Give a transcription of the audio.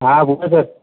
हा बोला सर